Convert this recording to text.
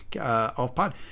off-pod